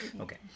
Okay